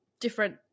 different